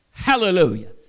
Hallelujah